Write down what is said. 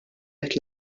għedt